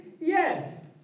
Yes